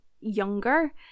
younger